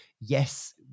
yes